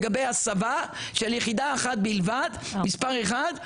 לגבי הסבה של יחידה אחת בלבד מספר אחד,